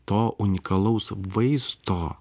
to unikalaus vaisto